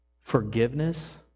Forgiveness